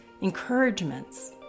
Encouragements